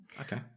Okay